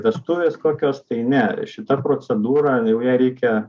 vestuvės kokios tai ne šita procedūra jau ją reikia